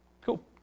Cool